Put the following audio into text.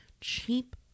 cheap